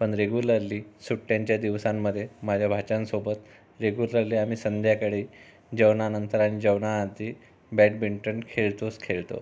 पण रेग्युलरली सुट्ट्यांच्या दिवसांमध्ये माझ्या भाच्यांसोबत रेग्युलरली आम्ही संध्याकाळी जेवणानंतर आणि जेवणाआधी बॅडमेंटन खेळतोच खेळतो